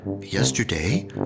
Yesterday